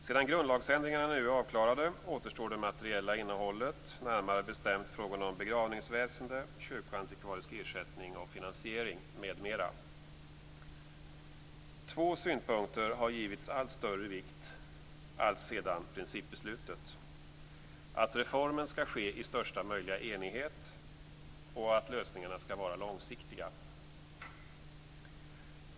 Sedan grundlagsändringarna nu är avklarade återstår det materiella innehållet, närmare bestämt frågorna om begravningsväsende, kyrkoantikvarisk ersättning och finansiering, m.m. Två synpunkter har givits allt större vikt alltsedan principbeslutet: att reformen skall ske i största möjliga enighet och att lösningarna skall vara långsiktiga.